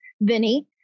Vinny